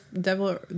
Devil